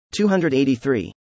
283